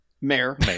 Mayor